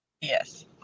Yes